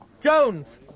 Jones